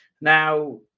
now